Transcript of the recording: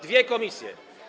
Dwie komisje.